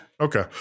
Okay